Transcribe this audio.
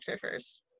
first